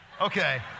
Okay